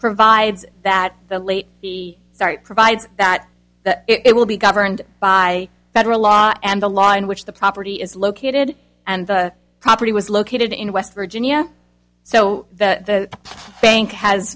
provides that the late start provides that it will be governed by federal law and the law in which the property is located and the property was located in west virginia so that the bank has